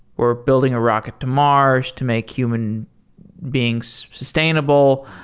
we're building a rocket to mars to make human beings sustainable,